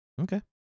Okay